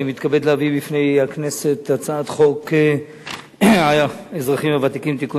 אני מתכבד להביא בפני הכנסת הצעת חוק האזרחים הוותיקים (תיקון